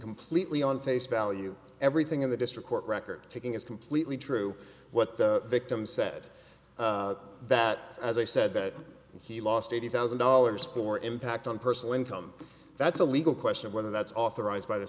completely on face value everything in the district court record taking is completely true what the victim said that as i said that he lost eighty thousand dollars for impact on personal income that's a legal question whether that's authorized by the